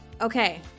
Okay